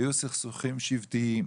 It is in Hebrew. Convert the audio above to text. היו סכסוכים שבטיים